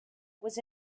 was